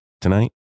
Tonight